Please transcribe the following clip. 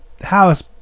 house